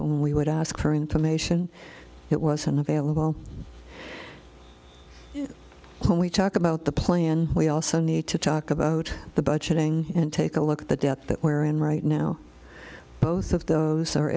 when we would ask her information it wasn't available when we talk about the plan we also need to talk about the budgeting and take a look at the debt that we're in right now both of those are